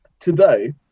Today